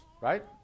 right